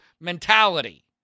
mentality